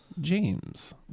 James